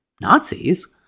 nazis